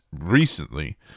recently